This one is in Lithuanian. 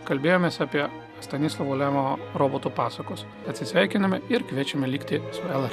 kalbėjomės apie stanislovo lemo roboto pasakos atsisveikiname ir kviečiame likti melas